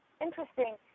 Interesting